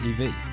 EV